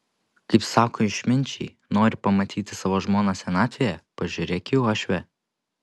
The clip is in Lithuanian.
kaip sako išminčiai nori pamatyti savo žmoną senatvėje pažiūrėk į uošvę